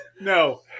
No